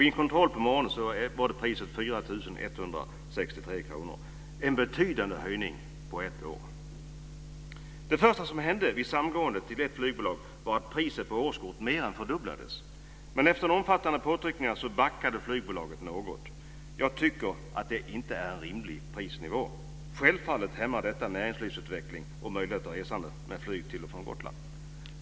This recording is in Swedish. Vid en kontroll nu på morgonen var priset 4 163 kr. Det är en betydande höjning som har skett på ett år. Det första som hände vid samgåendet till ett flygbolag var att priset på årskort mer än fördubblades. Men efter omfattande påtryckningar backade flygbolaget något. Jag tycker inte att det är en rimlig prisnivå. Självfallet hämmar detta näringslivsutveckling och möjligheter för resande med flyg till och från Herr talman!